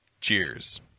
cheers